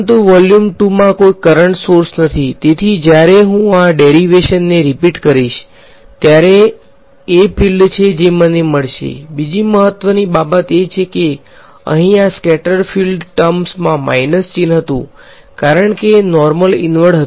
પરંતુ વોલ્યુમ 2 માં કોઈ કરંટ નથી તેથી જ્યારે હું આ ડેરીવેશન ને રીપીટ કરીશ ત્યારે આ એ ફીલ્ડ છે જે મને મળશે બીજી મહત્વની બાબત એ છે કે અહીં આ સ્કેટર્ડ ફીલ્ડ ટર્મમાં માઈનસ ચિહ્ન હતું કારણ કે નોર્મલ ઈનવર્ડ હતું